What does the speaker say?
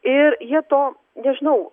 ir jie to nežinau